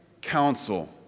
counsel